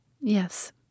Yes